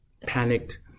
panicked